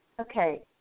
Okay